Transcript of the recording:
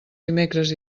dimecres